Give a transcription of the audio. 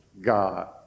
God